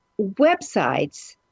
websites